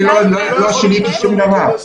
לא שיניתי שום דבר.